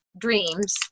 dreams